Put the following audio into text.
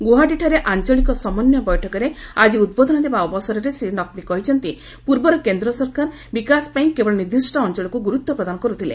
ଗୁଆହାଟୀଠାରେ ଆଞ୍ଚଳିକ ସମନ୍ୱୟ ବୈଠକରେ ଆଜି ଉଦ୍ବୋଧନ ଦେବା ଅବସରରେ ଶ୍ରୀ ନକ୍ଭୀ କହିଛନ୍ତି ପୂର୍ବର କେନ୍ଦ୍ର ସରକାର ବିକାଶପାଇଁ କେବଳ ନିର୍ଦ୍ଦିଷ୍ଟ ଅଞ୍ଚଳକୁ ଗୁରୁତ୍ୱ ପ୍ରଦାନ କରୁଥିଲେ